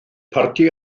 parti